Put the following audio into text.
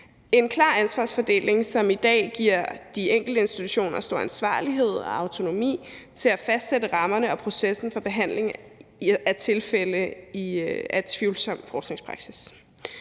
en klar ansvarsfordeling, som i dag giver de enkelte institutioner stor ansvarlighed og autonomi til at fastsætte rammerne og processen for behandlingen af tilfælde af tvivlsom forskningspraksis,